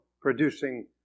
producing